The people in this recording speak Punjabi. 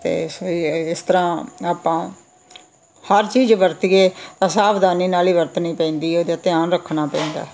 ਅਤੇ ਸ ਇਸ ਤਰ੍ਹਾਂ ਆਪਾਂ ਹਰ ਚੀਜ਼ ਵਰਤੀਏ ਸਾਵਧਾਨੀ ਨਾਲ ਹੀ ਵਰਤਣੀ ਪੈਂਦੀ ਹੈ ਅਤੇ ਧਿਆਨ ਰੱਖਣਾ ਪੈਂਦਾ